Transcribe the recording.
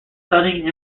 stunning